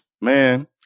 Man